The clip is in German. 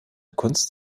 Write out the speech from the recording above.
kunst